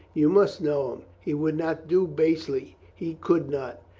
you must know him. he would not do basely. he could not.